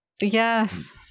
Yes